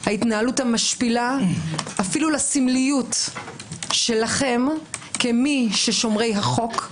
ההתנהלות המשפילה אפילו לסמליות שלכם כמי ששומרי החוק,